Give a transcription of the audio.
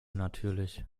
natürlich